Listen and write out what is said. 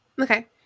Okay